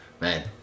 Man